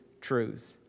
truth